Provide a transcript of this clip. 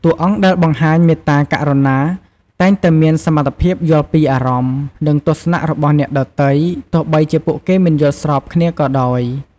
តួអង្គដែលបង្ហាញមេត្តាករុណា តែងតែមានសមត្ថភាពយល់ពីអារម្មណ៍ និងទស្សនៈរបស់អ្នកដទៃ ទោះបីជាពួកគេមិនយល់ស្របគ្នាក៏ដោយ។